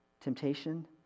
temptation